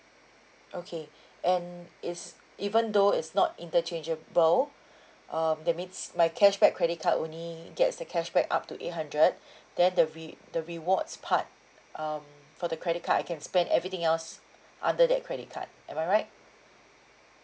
okay and it's even though it's not interchangeable um that means my cashback credit card only gets a cashback up to eight hundred then the re~ the rewards part um for the credit card I can spend everything else under that credit card am I right